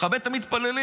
מכבד את המתפללים.